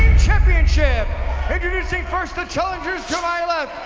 championship introducing first the challengers to my